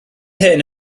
hyn